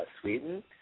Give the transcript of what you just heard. Sweden